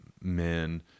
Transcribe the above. men